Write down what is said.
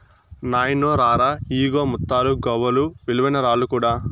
నాయినో రా రా, ఇయ్యిగో ముత్తాలు, గవ్వలు, విలువైన రాళ్ళు కూడా